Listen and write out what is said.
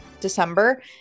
December